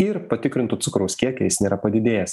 ir patikrintų cukraus kiekį jis nėra padidėjęs